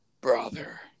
brother